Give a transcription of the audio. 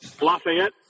Lafayette